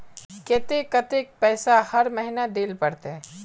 केते कतेक पैसा हर महीना देल पड़ते?